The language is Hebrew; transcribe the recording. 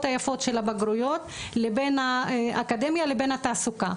היפות של הבגרויות לבין האקדמיה לבין התעסוקה.